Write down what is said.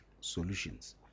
solutions